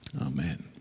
Amen